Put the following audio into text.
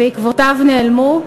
ועקבותיו נעלמו,